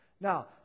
Now